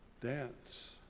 dance